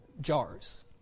jars